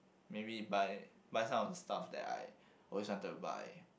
maybe buy buy some of the stuff that I always wanted to buy